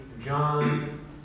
John